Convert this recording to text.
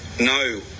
no